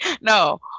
No